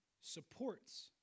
supports